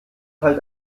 halt